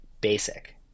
basic